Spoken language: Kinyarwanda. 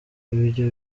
ibyo